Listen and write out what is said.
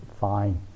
fine